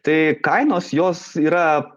tai kainos jos yra